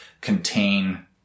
contain